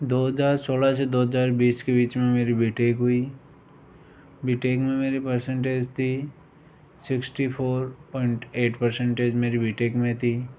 दो हज़ार सोलह से दो हज़ार बीस के बीच में मेरी बीटेक हुई बीटेक में मेरी परसेंटेज थी sixty four point eight percentage मेरी बीटेक में थी